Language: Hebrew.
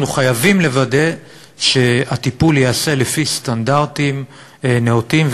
אנחנו חייבים לוודא שהטיפול ייעשה לפי סטנדרטים נאותים,